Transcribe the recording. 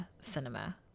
cinema